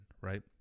right